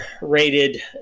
rated